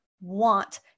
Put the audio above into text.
want